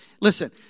Listen